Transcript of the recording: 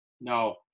No